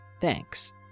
thanks